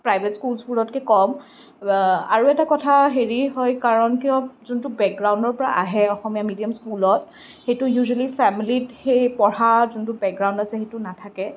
private স্কুলছবোৰতকৈ কম আৰু এটা কথা হেৰি হয় কাৰণ কিয় যিটো বেকগ্ৰাউণ্ডৰ পৰা আহে অসমীয়া মিডিয়াম স্কুলত সেইটো ইউজুৱেলী ফেমিলিত সেই পঢ়া যিটো বেকগ্ৰাউণ্ড আছে সেইটো নাথাকে